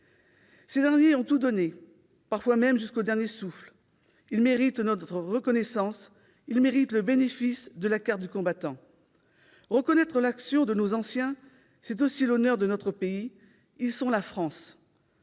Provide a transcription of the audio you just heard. d'années. Ils ont tout donné, parfois même jusqu'au dernier souffle, ils méritent notre reconnaissance, ils méritent le bénéfice de la carte du combattant. Reconnaître l'action de nos anciens, c'est aussi l'honneur de notre pays. Ils sont la France.